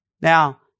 Now